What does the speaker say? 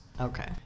okay